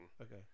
Okay